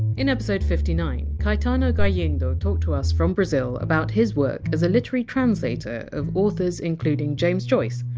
in episode fifty nine, caetano galindo talked to us from brazil about his work as a literary translator of authors including james joyce,